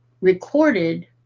recorded